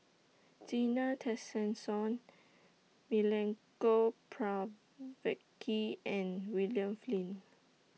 Zena Tessensohn Milenko Prvacki and William Flint